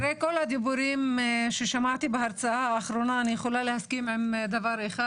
אחרי כל הדיבורים ששמעתי בהרצאה האחרונה אני יכולה להסכים עם דבר אחד,